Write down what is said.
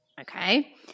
Okay